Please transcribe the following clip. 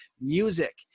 music